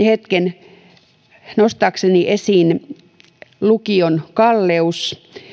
hetken nostaakseni esiin lukion kalleuden